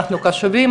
אנחנו קשובים,